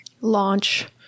launch